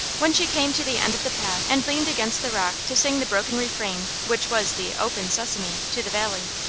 when she came to the end of the path and leaned against the rock to sing the broken refrain which was the open sesame to the valley,